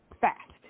fast